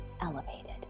Elevated